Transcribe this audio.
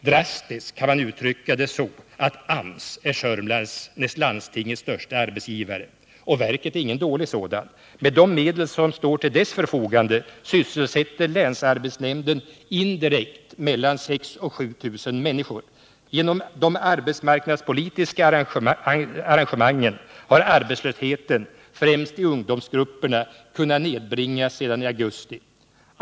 | Drastiskt kan man uttrycka det så att AMS, näst landstinget, är Sörmlands största arbetsgivare. Och verket är ingen dålig sådan. Med de medel som står till dess förfogande sysselsätter länsarbetsnämnden indirekt mellan 6 000 och 7000 människor. Genom de arbetsmarknadspolitiska arrangemangen har arbetslösheten, främst i ungdomsgrupperna, kunnat nedbringas sedan i augusti.